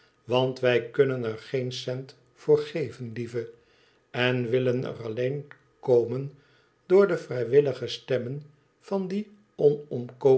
want wij kunnen er een cent voor uitgeven lieve en willen er alleen komen doorde vrijwillige stemmen van die